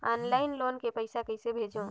Online loan के पईसा कइसे भेजों?